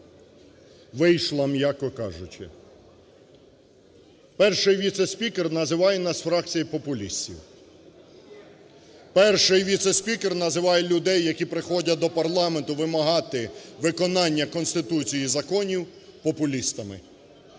вийшла, м'яко кажучи. Перший віце-спікер називає нас фракцією популістів. Перший віце-спікер називає людей, які приходять до парламенту вимагати виконання Конституції і законів, популістами.